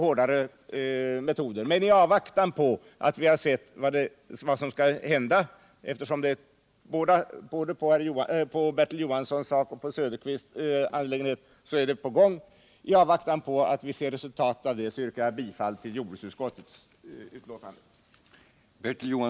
Men eftersom åtgärder är på väg i de respektive angelägenheter som herr Johansson i Växjö och herr Söderqvist har aktualiserat yrkar jag, i avvaktan på resultatet av dessa åtgärder, bifall till jordbruksutskottets hemställan.